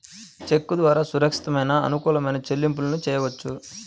చెక్కు ద్వారా సురక్షితమైన, అనుకూలమైన చెల్లింపులను చెయ్యొచ్చు